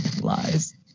Lies